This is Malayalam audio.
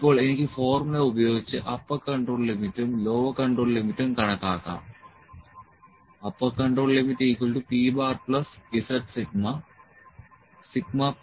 ഇപ്പോൾ എനിക്ക് ഫോർമുല ഉപയോഗിച്ച് അപ്പർ കൺട്രോൾ ലിമിറ്റും ലോവർ കൺട്രോൾ ലിമിറ്റും കണക്കാക്കാം U